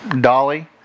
Dolly